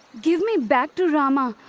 give me back to rama,